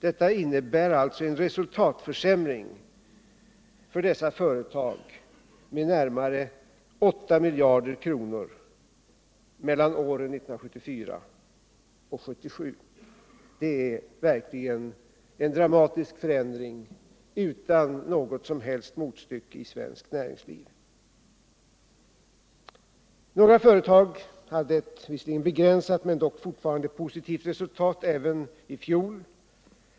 Detta innebär alltså att resultatförsämringen för dessa företag uppgick till närmare 8 miljarder kronor mellan åren 1974 och 1977, vilket måste betecknas som en dramatisk förändring utan något som helst motstycke i svenskt näringsliv. Några företag hade ett visserligen begränsat, men dock fortfarande positivt resultat även i fjol.